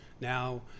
Now